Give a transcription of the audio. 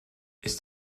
ist